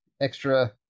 extra